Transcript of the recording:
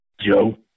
Joe